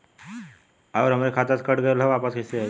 आऊर हमरे खाते से कट गैल ह वापस कैसे आई?